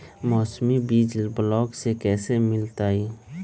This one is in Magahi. मौसमी बीज ब्लॉक से कैसे मिलताई?